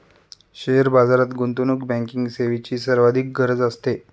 share बाजारात गुंतवणूक banking सेवेची सर्वाधिक गरज असते